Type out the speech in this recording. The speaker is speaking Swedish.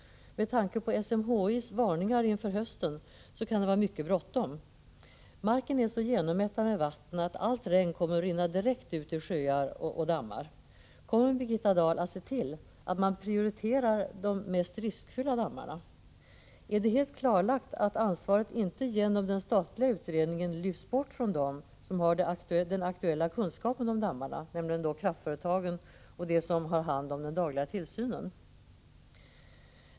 Med tanke på SMHI:s varningar inför hösten kan det vara mycket bråttom. Marken är så genommättad med vatten att allt regn kommer att rinna direkt ut i sjöar och dammar. Kommer Birgitta Dahl att se till att man prioriterar de mest riskfulla dammarna? Är det helt klarlagt att ansvaret inte genom den statliga utredningen lyfts bort från dem som har den aktuella kunskapen om dammarna, nämligen kraftföretagen och de som har hand om den dagliga tillsynen?